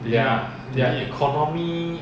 they need they need